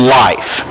life